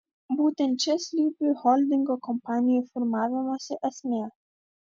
būtent čia slypi holdingo kompanijų formavimosi esmė